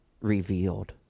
revealed